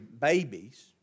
babies